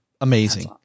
amazing